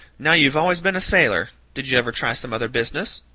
now you've always been a sailor did you ever try some other business?